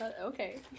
okay